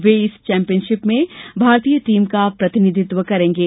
वे इस चैम्पियनशिप में भारतीय टीम का प्रतिनिधित्व करेंगे